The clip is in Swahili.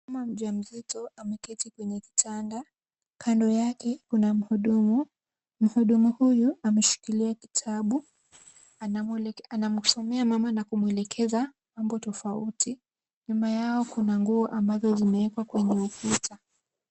Mama mjamzito ameketi kwenye kitanda, kando yake kuna mhudumu. Mhudumu huyu ameshikilia kitabu, anamsomea mama na kumwelekeza mambo tofauti. Nyuma yao kuna nguo ambazo zimewekwa kwenye ukuta.